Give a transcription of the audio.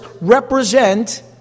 represent